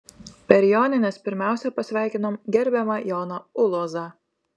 per jonines pirmiausia pasveikinom gerbiamą joną ulozą